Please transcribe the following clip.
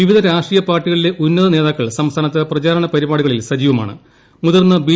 വിവിധ രാഷ്ട്രീയ ഷ്ടാർട്ടികളിലെ ഉന്നത നേതാക്കൾ സംസ്ഥാനത്ത് പ്രചാരണ പരിപാടികളിൽ സജീവമാ്സ്ക് മുതിർന്ന ബി